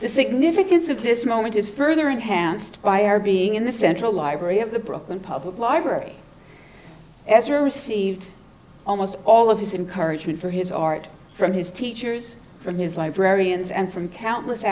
the significance of this moment is further enhanced by our being in the central library of the brooklyn public library as received almost all of his encouraged for his art from his teachers from his librarians and from countless